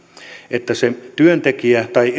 että jos työntekijä tai